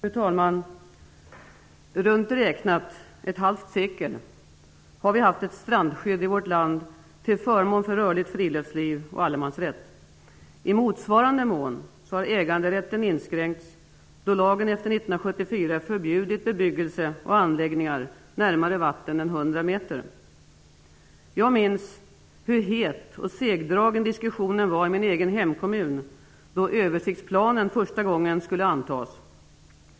Fru talman! I ett halvt sekel, runt räknat, har vi haft ett strandskydd i vårt land till förmån för rörligt friluftsliv och allemansrätt. I motsvarande mån har äganderätten inskränkts, då lagen efter 1974 förbjudit bebyggelse och anläggningar närmare vatten än 100 meter. Jag minns hur het och segdragen diskussionen var i min egen hemkommun då översiktsplanen första gången skulle antas.